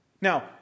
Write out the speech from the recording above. Now